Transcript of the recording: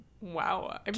wow